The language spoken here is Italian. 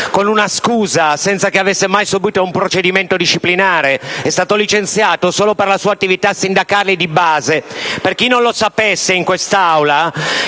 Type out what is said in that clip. con una scusa, senza che avesse mai subito un procedimento disciplinare. È stato licenziato solo per la sua attività sindacale di base. Per chi non lo sapesse in quest'Aula,